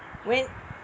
when